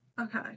Okay